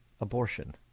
abortion